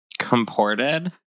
Comported